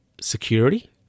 security